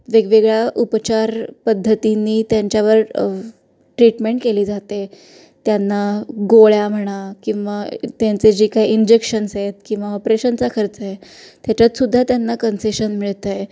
वेगवेगळ्या उपचार पद्धतीने त्यांच्यावर ट्रीटमेंट केली जाते त्यांना गोळ्या म्हणा किंवा त्यांचे जे काही इंजेक्शन्स आहेत किंवा ऑपरेशनचा खर्च आहे त्याच्यात सुद्धा त्यांना कन्सेशन मिळत आहे